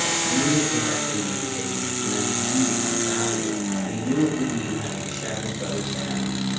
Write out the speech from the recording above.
he knew it would likely mean taking a tremendous beating on the value and he knew it would mean having to shout his brothers down,